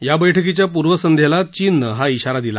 या बैठकीच्या पूर्वसंध्येला चीन हा इशारा दिला